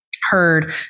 heard